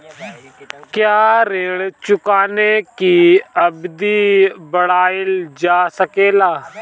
क्या ऋण चुकाने की अवधि बढ़ाईल जा सकेला?